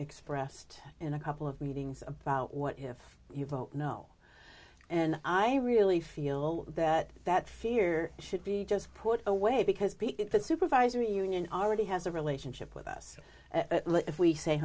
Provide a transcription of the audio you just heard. expressed in a couple of meetings about what if you vote no and i really feel that that fear should be just put away because the supervisory union already has a relationship with us if we say